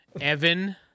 Evan